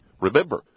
Remember